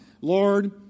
Lord